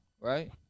right